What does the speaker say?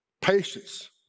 Patience